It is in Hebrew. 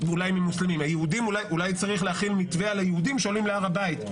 אולי צריך להחיל מתווה על היהודים שעולים להר הבית,